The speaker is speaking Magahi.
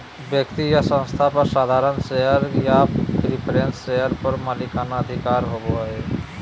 व्यक्ति या संस्था पर साधारण शेयर या प्रिफरेंस शेयर पर मालिकाना अधिकार होबो हइ